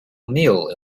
meal